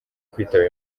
kwitaba